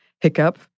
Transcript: Hiccup